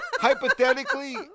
hypothetically